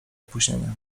opóźnienia